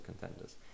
contenders